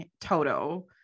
Toto